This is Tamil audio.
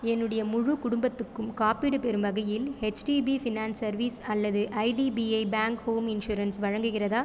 என்னுடைய முழு குடும்பத்துக்கும் காப்பீடு பெறும் வகையில் ஹெச்டிபி ஃபைனான்ஸ் சர்வீசஸ் அல்லது ஐடிபிஐ பேங்க் ஹோம் இன்ஷுரன்ஸ் வழங்குகிறதா